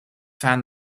fan